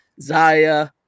Zaya